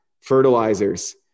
fertilizers